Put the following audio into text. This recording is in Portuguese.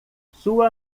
sua